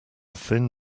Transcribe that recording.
thin